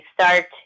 start